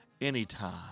anytime